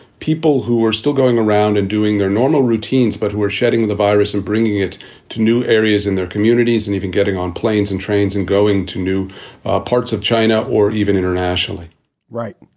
people who were still going around and doing their normal routines, but were shedding the virus and bringing it to new areas in their communities and even getting on planes and trains and going to new parts of china or even internationally right.